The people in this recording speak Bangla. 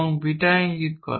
এবং বিটা ইঙ্গিত করে